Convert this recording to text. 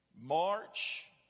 March